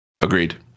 Agreed